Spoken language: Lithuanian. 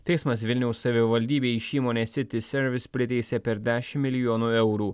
teismas vilniaus savivaldybei iš įmonės city sevice priteisė per dešimt milijonų eurų